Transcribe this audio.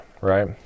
right